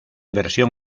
versión